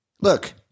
look